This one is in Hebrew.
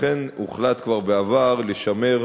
לכן הוחלט כבר בעבר לשמר